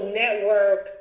network